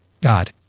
God